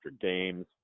games